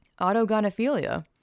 autogonophilia